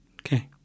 Okay